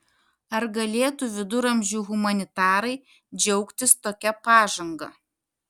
ar galėtų viduramžių humanitarai džiaugtis tokia pažanga